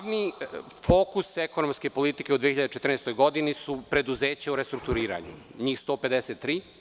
Glavni fokus ekonomske politike u 2014. godini su preduzeća u restrukturiranju, njih 153.